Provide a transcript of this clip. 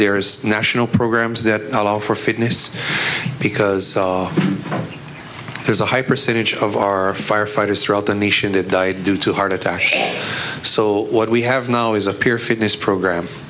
there is national programs that allow for fitness because there's a high percentage of our firefighters throughout the nation that die due to heart attack so what we have now is a peer fitness program